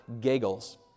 giggles